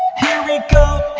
here we go,